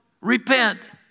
Repent